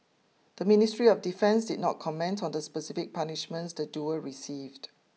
the Ministry of Defence did not comment on the specific punishments the duo received